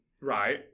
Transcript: Right